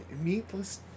meatless